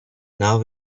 now